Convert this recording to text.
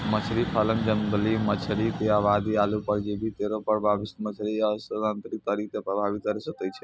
मछरी फार्म जंगली मछरी क आबादी आरु परजीवी केरो प्रवासित मछरी म स्थानांतरित करि कॅ प्रभावित करे सकै छै